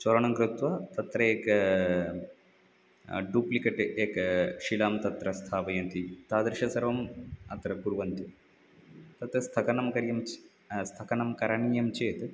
चोरणं कृत्वा तत्रेकं डुप्लिकेट् एकां शिलां तत्र स्थापयन्ति तादृशं सर्वम् अत्र कुर्वन्ति तत् स्थगनं करियञ्च् स्थगनं करणीयम् चेत्